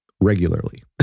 regularly